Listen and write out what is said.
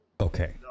Okay